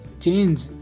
change